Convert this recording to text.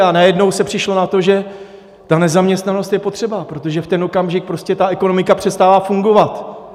A najednou se přišlo na to, že ta nezaměstnanost je potřeba, protože v ten okamžik prostě ekonomika přestává fungovat.